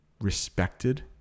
respected